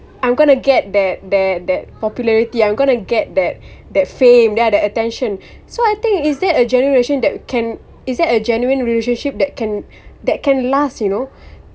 I'm gonna get that that that popularity I'm gonna get that that fame dia ada attention so I think is there a generation that can is there a genuine relationship that can that can last you know